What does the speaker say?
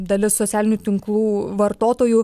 dalis socialinių tinklų vartotojų